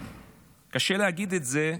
קשה להגיד את זה,